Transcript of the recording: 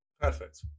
Perfect